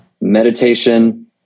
Meditation